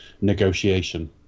negotiation